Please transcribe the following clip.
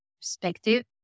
perspective